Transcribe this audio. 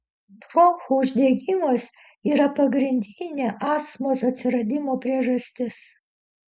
bronchų uždegimas yra pagrindinė astmos atsiradimo priežastis